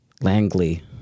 Langley